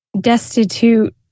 destitute